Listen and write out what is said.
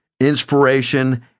inspiration